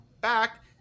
back